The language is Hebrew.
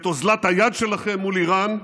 את אוזלת היד שלכם מול איראן,